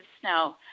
snow